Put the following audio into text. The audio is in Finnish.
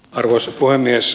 arvoisa puhemies